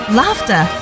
laughter